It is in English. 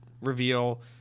reveal